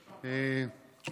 אפשר גם שאלה?